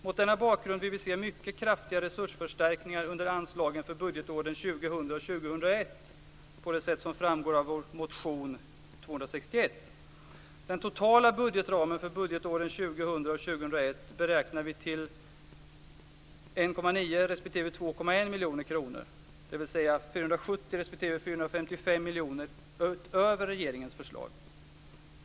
Mot denna bakgrund vill vi se mycket kraftiga resursförstärkningar under anslagen för budgetåren 2000 och 2001 på det sätt som framgår av vår motion N261. Den totala budgetramen för budgetåren 2000 och 2001 beräknar vi till 1,9 respektive 2,1 miljoner kronor, dvs. 470 respektive 455 miljoner kronor utöver regeringens förslag.